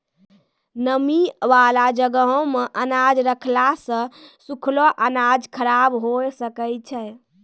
नमी बाला जगहो मे अनाज रखला से सुखलो अनाज खराब हुए सकै छै